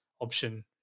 option